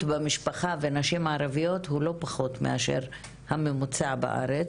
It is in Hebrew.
במשפחה ונשים ערביות הוא לא פחות מאשר הממוצע בארץ.